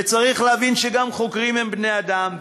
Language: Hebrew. וצריך להבין שגם חוקרים הם בני-אדם,